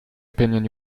opinion